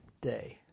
day